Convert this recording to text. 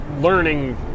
learning